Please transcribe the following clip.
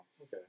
Okay